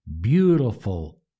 beautiful